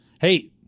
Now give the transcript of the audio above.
hey